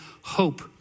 hope